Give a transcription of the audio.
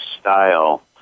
style